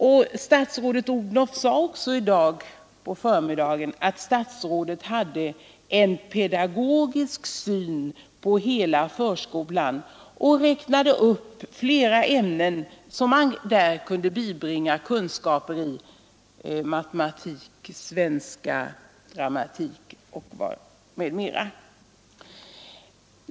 Fru statsrådet Odhnoff sade också i dag på förmiddagen att hon hade en pedagogisk syn på hela förskolan och räknade upp flera ämnen som man där kunde bibringa kunskaper i: matematik, svenska, grammatik m.fl.